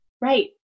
Right